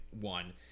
one